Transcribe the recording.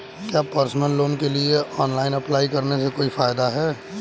क्या personal loan के लिए ऑनलाइन अप्लाई करने से कोई फायदा है?